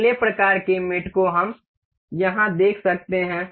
अगले प्रकार के मेट को हम यहाँ देख सकते हैं